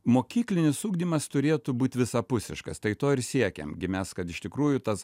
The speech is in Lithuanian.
mokyklinis ugdymas turėtų būt visapusiškas tai to ir siekėm gi mes kad iš tikrųjų tas